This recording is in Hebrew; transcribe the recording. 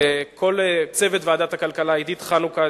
לכל צוות ועדת הכלכלה: עידית חנוכה,